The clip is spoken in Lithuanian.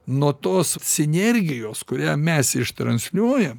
nuo tos sinergijos kurią mes ištransliuojam